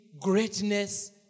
greatness